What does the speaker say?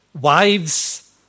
Wives